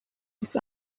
this